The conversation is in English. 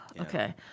okay